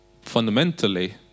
fundamentally